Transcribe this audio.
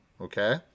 okay